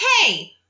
hey